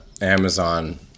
amazon